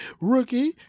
rookie